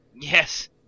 Yes